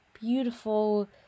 beautiful